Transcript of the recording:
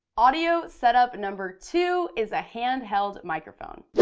audio setup number two is a handheld microphone.